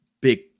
big